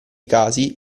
casi